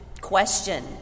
question